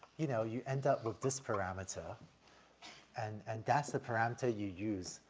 you know, you end up with this parameter and and that's the parameter you use,